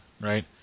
right